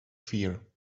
fear